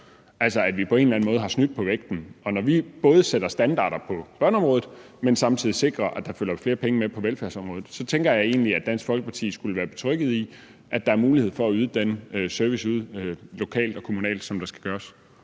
altså at vi på en eller anden måde har snydt på vægten. Når vi sætter standarder på børneområdet og samtidig sikrer, at der følger flere penge med på velfærdsområdet, tænker jeg egentlig, at Dansk Folkeparti skulle være betrygget i, at der er mulighed for at yde den service ude lokalt og kommunalt, som der skal ydes.